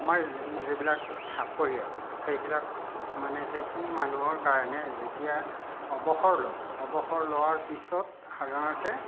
আমাৰ যিবিলাক চাকৰিয়াল সেইবিলাক মানে সেইখিনি মানুহৰ কাৰণে যেতিয়া অৱসৰ ল'ব অৱসৰ লোৱাৰ পিছত সাধাৰণতে